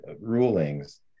rulings